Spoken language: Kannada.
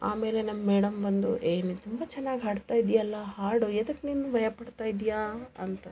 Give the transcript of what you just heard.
ಆಮೇಲೆ ನಮ್ಮ ಮೇಡಮ್ ಬಂದು ಏ ನೀನು ತುಂಬಾ ಚೆನ್ನಾಗಿ ಹಾಡ್ತಾ ಇದ್ಯಲ್ಲ ಹಾಡು ಎದಕ್ಕೆ ನೀನು ಭಯ ಪಡ್ತಾಯಿದ್ದಿಯಾ ಅಂತು